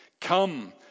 Come